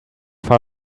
far